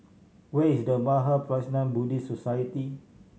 where is The Mahaprajna Buddhist Society